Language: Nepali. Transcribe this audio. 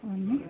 अनि